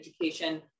education